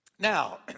Now